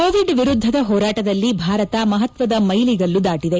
Covid ವಿರುದ್ದದ ಹೋರಾಟದಲ್ಲಿ ಭಾರತ ಮಹತ್ವದ ಮೈಲಿಗಲ್ಲು ದಾಟದೆ